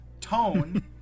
tone